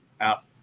Out